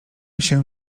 się